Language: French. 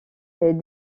les